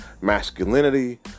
masculinity